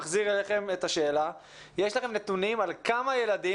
יש לכם נתונים על כמה ילדים?